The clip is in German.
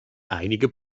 einige